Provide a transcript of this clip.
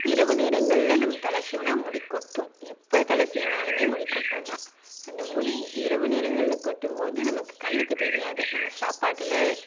இரவு நேரங்களில் நம்ம தலை சீவினா முடி கொட்டும் எப்போ தலை சீவினாலுமே முடி கொட்டும்தான் அந்த முடி இரவு நேரங்களில் கொட்டும்போது நமக்கு கண்ணுக்கு தெரியாது நம்ம சாப்பாட்டில்